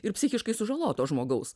ir psichiškai sužaloto žmogaus